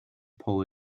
pole